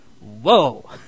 Whoa